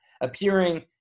appearing